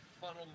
funnel